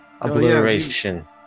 Obliteration